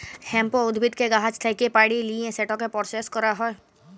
hemp উদ্ভিদকে গাহাচ থ্যাকে পাড়ে লিঁয়ে সেটকে পরসেস ক্যরা হ্যয়